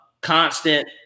constant